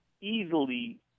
easily